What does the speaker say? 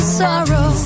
sorrow